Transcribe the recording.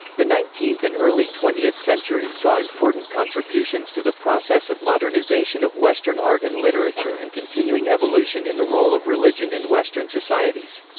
the nineteenth and early twentieth centuries saw important contributions to the process of modernisation of western art and literature and continuing evolution in the role of religion in western societies.